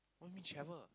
what you mean travel